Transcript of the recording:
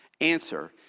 Answer